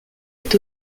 est